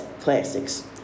classics